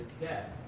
death